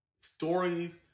stories